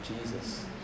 Jesus